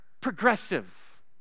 progressive